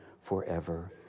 forever